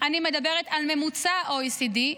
אני מדברת על הממוצע ב-OECD,